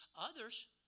Others